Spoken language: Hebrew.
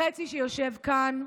החצי שיושב כאן,